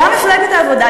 גם מפלגת העבודה,